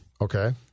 Okay